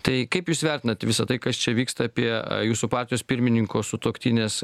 tai kaip jūs vertinat visa tai kas čia vyksta apie jūsų partijos pirmininko sutuoktinės